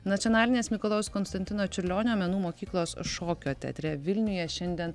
nacionalinės mikalojaus konstantino čiurlionio menų mokyklos šokio teatre vilniuje šiandien